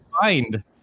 find